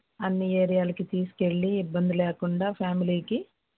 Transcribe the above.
అన్నీ ఏరియాలకి తీసుకెళ్ళి ఇబ్బంది లేకుండా ఫ్యామిలీకి